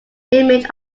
image